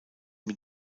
mit